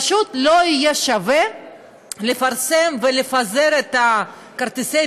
פשוט לא יהיה שווה לפרסם ולפזר את כרטיסי